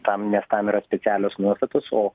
tam nes tam yra specialios nuostatos o